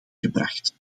gebracht